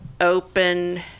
open